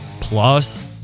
plus